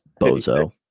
bozo